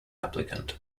applicant